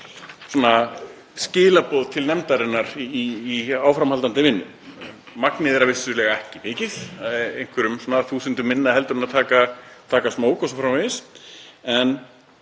skilaboð til nefndarinnar í áframhaldandi vinnu. Magnið er vissulega ekki mikið, einhverjum þúsundum minna en að taka smók o.s.frv. en